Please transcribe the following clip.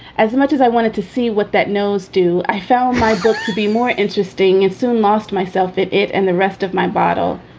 as much as i wanted to see what that nose do. i found my book to be more interesting and soon lost myself in it and the rest of my bottle.